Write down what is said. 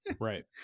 Right